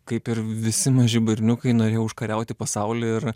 kaip ir visi maži berniukai norėjau užkariauti pasaulį ir